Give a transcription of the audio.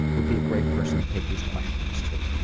would be a great person to take these questions to.